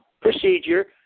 procedure